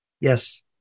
Yes